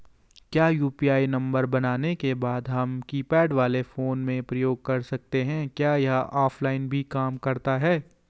क्या UPI number बनाने के बाद हम कीपैड वाले फोन में प्रयोग कर सकते हैं क्या यह ऑफ़लाइन भी काम करता है?